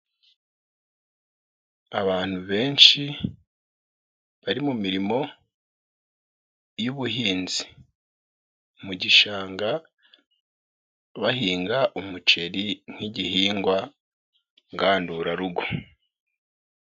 Abantu benshi bari mu mirimo y'ubuhinzi mu gishanga. Bahinga umuceri nk'igihingwa ngandurarugo.